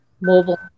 mobile